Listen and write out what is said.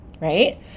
right